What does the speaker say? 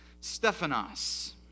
Stephanos